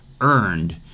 earned